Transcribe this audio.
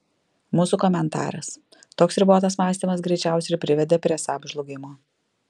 mūsų komentaras toks ribotas mąstymas greičiausiai ir privedė prie saab žlugimo